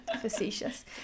Facetious